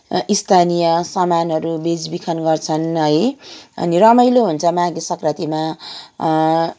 स्थानीय सामानहरू बेच बिखन गर्छन् है अनि रमाइलो हुन्छ माघे सङ्क्रान्तिमा